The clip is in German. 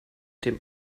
dem